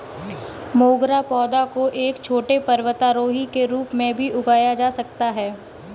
मोगरा पौधा को एक छोटे पर्वतारोही के रूप में भी उगाया जा सकता है